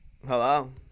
Hello